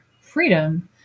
freedom